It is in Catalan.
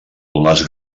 les